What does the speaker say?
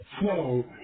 slow